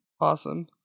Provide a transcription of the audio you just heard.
awesome